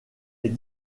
est